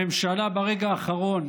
הממשלה ברגע האחרון